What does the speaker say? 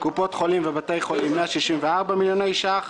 קופות חולים ובתי חולים 164 מיליוני שקלים,